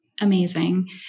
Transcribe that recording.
Amazing